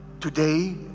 Today